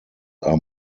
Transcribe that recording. are